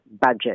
budget